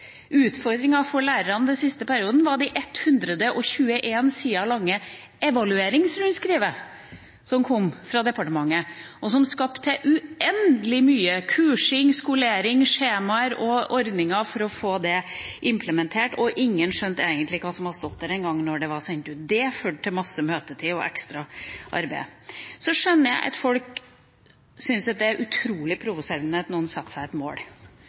for lærerne den siste perioden, var det 121 sider lange evalueringsrundskrivet som kom fra departementet, og som skapte uendelig mye kursing, skolering, skjemaer og ordninger for å få det implementert, og ingen skjønte egentlig hva som hadde stått der når det var sendt ut? Det førte til masse møtetid og ekstra arbeid. Så skjønner jeg at folk syns det er utrolig provoserende at noen setter seg et mål,